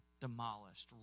demolished